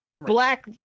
black